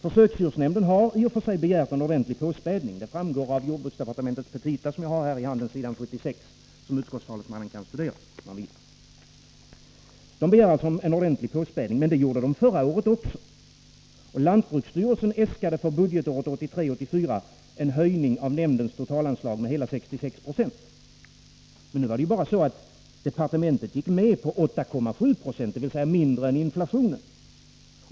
Försöksdjursnämnden har i och för sig begärt en ordentlig påspädning — det framgår av jordbruksdepartementets petita på s. 76, som utskottets talesman kan studera om han vill — men det gjorde den förra året också. Latbruksstyrelsen äskade för budgetåret 1983/84 en höjning av nämndens totalanslag med hela 66 20. Men departementet gick med på 8,7 Ze, dvs. mindre än inflationen.